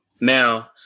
Now